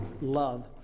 love